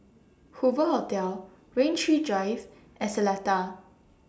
Hoover Hotel Rain Tree Drive and Seletar